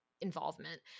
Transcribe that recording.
involvement